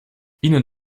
ihnen